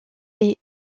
est